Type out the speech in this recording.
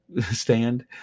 stand